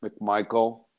McMichael